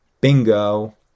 Bingo